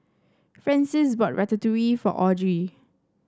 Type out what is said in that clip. Francies bought Ratatouille for Audry